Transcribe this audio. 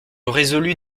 résolus